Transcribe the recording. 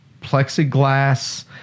plexiglass